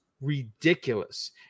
ridiculous